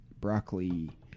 broccoli